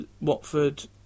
Watford